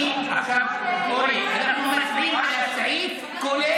אנחנו עכשיו מצביעים על הסעיף, כולל